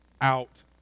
out